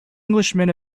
englishman